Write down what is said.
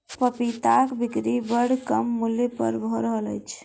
पपीताक बिक्री बड़ कम मूल्य पर भ रहल अछि